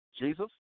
Jesus